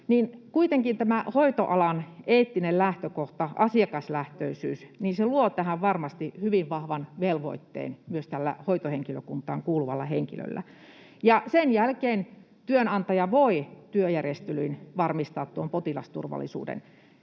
kuitenkin hoitoalan eettinen lähtökohta, asiakaslähtöisyys, luo tähän varmasti hyvin vahvan velvoitteen myös hoitohenkilökuntaan kuuluvalle henkilölle. Sen jälkeen työnantaja voi työjärjestelyin varmistaa potilasturvallisuuden,